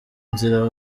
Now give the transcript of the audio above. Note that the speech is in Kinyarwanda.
nzira